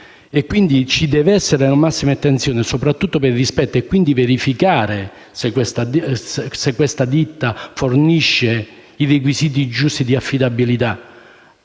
quindi esserci la massima attenzione e, soprattutto, rispetto. Bisogna quindi verificare se questa ditta fornisce i requisiti giusti di affidabilità.